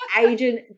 agent